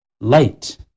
light